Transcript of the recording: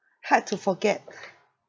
hard to forget